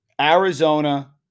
Arizona